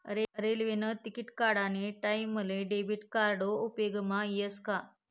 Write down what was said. रेल्वेने तिकिट काढानी टाईमले डेबिट कार्ड उपेगमा यस का